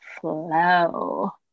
flow